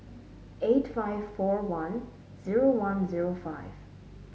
eight five four one zero one zero five